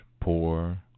poor